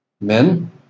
Men